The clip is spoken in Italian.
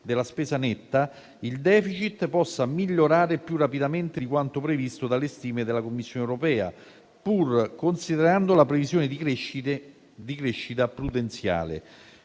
della spesa netta, il *deficit* possa migliorare più rapidamente di quanto previsto dalle stime della Commissione europea, pur considerando la previsione di crescita prudenziale.